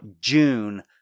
June